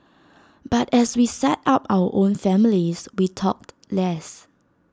but as we set up our own families we talked less